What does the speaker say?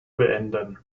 beenden